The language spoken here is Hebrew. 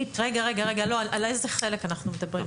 רגע, על איזה חלק אנחנו מדברים?